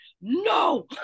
no